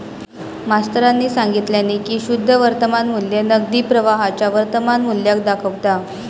मास्तरानी सांगितल्यानी की शुद्ध वर्तमान मू्ल्य नगदी प्रवाहाच्या वर्तमान मुल्याक दाखवता